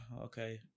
okay